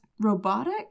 robotic